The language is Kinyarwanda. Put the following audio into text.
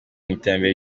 iterambere